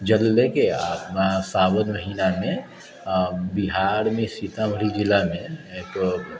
जल लेके आ सावन महिनामे बिहारमे सीतामढ़ी जिलामे एकगो